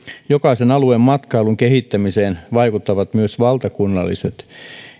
jokaisen alueen matkailun kehittämiseen vaikuttavat myös valtakunnalliset